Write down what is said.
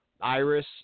Iris